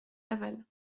laval